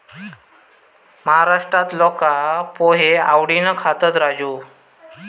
महाराष्ट्रात लोका पोहे आवडीन खातत, राजू